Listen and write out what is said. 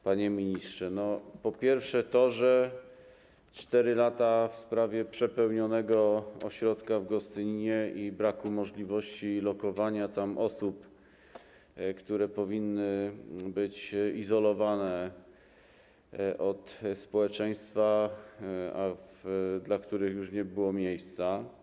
Panie ministrze, po pierwsze to, że minęły 4 lata w sprawie przepełnionego ośrodka w Gostyninie i braku możliwości lokowania tam osób, które powinny być izolowane od społeczeństwa, a dla których już nie było miejsca.